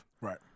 right